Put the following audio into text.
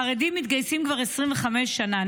החרדים מתגייסים כבר 25 שנה,